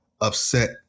upset